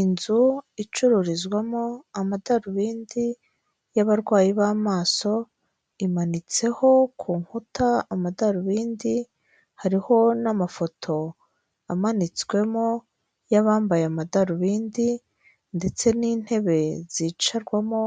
Inzu icururizwamo amadarubindi y'abarwayi b'amaso, imanitseho ku nkuta amadarubindi hariho n'amafoto amanitswemo y'abambaye amadarubindi ndetse n'intebe zicarwamo